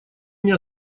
мне